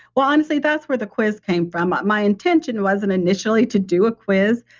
well, honestly, that's where the quiz came from. ah my intention wasn't initially to do a quiz,